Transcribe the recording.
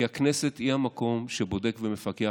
כי הכנסת היא המקום שבודק ומפקח,